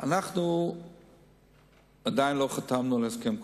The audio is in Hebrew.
אנחנו עדיין לא חתמנו על הסכם קואליציוני.